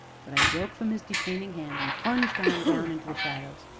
but i broke from his detaining hand, and plunged on down into the shadows.